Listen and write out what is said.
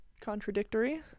contradictory